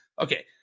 okay